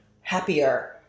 happier